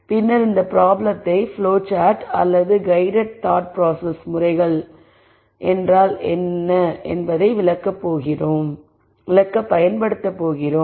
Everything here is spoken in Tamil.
பின்னர் இந்த ப்ராப்ளத்தை ப்ளோ சார்ட் அல்லது கைடெட் தாக்த்ட் பிராசஸ் முறைகள் என்றால் என்ன என்பதை விளக்க பயன்படுத்துகிறோம்